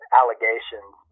allegations